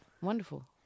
Wonderful